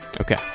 Okay